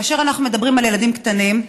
כאשר אנחנו מדברים על ילדים קטנים,